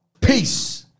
peace